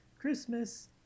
Christmas